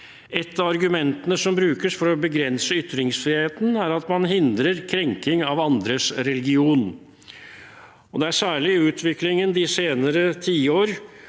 Et av argumentene som brukes for å begrense ytringsfriheten, er at man hindrer krenking av andres religion. Det er særlig snakk om utviklingen de senere tiår